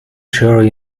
share